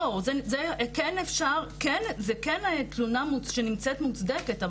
זה כן אפשר וכן תלונה שנמצאה מוצדקת,